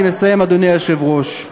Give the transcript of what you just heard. אני מסיים, אדוני היושב-ראש.